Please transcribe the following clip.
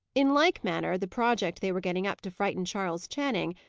in like manner, the project they were getting up to frighten charles channing,